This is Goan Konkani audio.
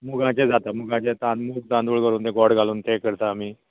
मुगाचे जाता मुगाचे ताळ मूग तांदूळ घालून गोड घालून तें करता आमी